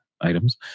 items